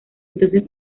entonces